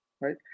right